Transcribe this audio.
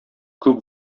күп